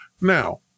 now